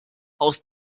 aus